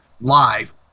live